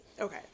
okay